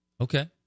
Okay